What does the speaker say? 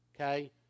Okay